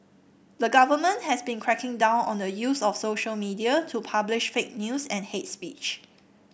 the government has been cracking down on the use of social media to publish fake news and hate speech